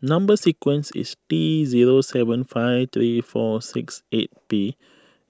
Number Sequence is T zero seven five three four six eight P